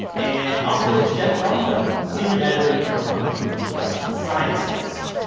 and also here with geoff brumfiel, senior editor and correspondent for npr's science desk.